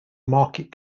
market